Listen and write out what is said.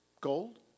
Gold